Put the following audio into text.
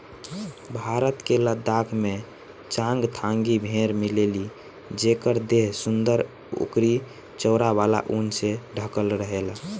भारत के लद्दाख में चांगथांगी भेड़ मिलेली जेकर देह सुंदर अउरी चौड़ा वाला ऊन से ढकल रहेला